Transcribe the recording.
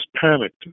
panicked